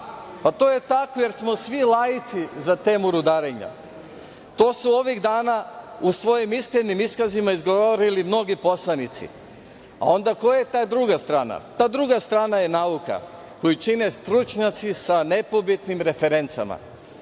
to? To je tako, jer smo svi laici za temu rudarenja. To su ovih dana u svojim iskrenim iskazima izgovorili mnogi poslanici, a onda koja je to druga strana? Ta druga strana je stručnjaci sa nepobitnim referencama